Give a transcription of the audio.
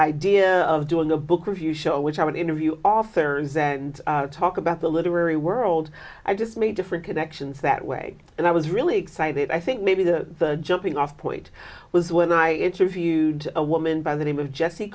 idea of doing a book review show which i'm an interview off errands and talk about the literary world i just made different connections that way and i was really excited i think maybe the jumping off point was when i interviewed a woman by the name of jesse